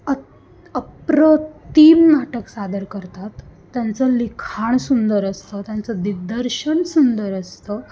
अत् अप्रतिम नाटक सादर करतात त्यांचं लिखाण सुंदर असतं त्यांचं दिग्दर्शन सुंदर असतं